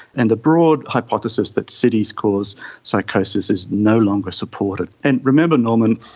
and the broad hypothesis that cities cause psychosis is no longer supported. and remember norman,